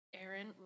Aaron